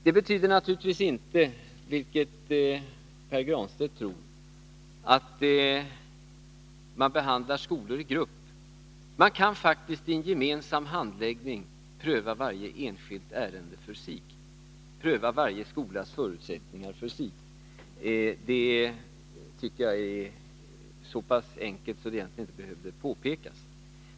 Det betyder naturligtvis inte — vilket Pär Granstedt tror — att man behandlar skolor i grupp. Man kan i en gemensam handläggning pröva varje enskilt ärende för sig, pröva varje skolas förutsättningar för sig. Det är så pass enkelt att det egentligen inte behöver påpekas.